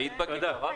היית בכיכר רבין?